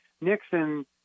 Nixon